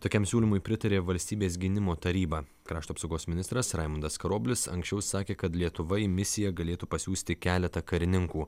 tokiam siūlymui pritarė valstybės gynimo taryba krašto apsaugos ministras raimundas karoblis anksčiau sakė kad lietuva į misiją galėtų pasiųsti keletą karininkų